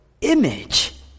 image